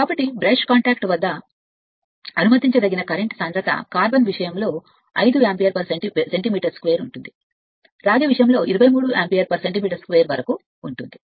కాబట్టి brush contact వద్ద అనుమతించదగిన కరెంట్ సాంద్రత కార్బన్ విషయంలో 5 యాంపియర్ సెంటీమీటర్2 వరకు ఉంటుంది రాగి విషయంలో 23యాంపియర్ సెంటీమీటర్2 వరకు ఉంటుంది